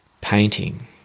painting